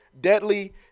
deadly